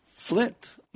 Flint